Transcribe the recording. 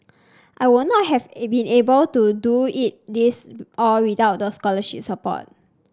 I would not have been able to do it these all without the scholarship support